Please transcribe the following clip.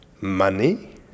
Money